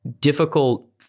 difficult